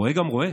רואה גם רואה.